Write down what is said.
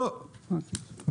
לא, לא,